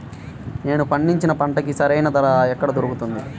నేను పండించిన పంటకి సరైన ధర ఎక్కడ దొరుకుతుంది?